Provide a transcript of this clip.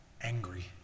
angry